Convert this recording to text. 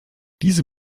diese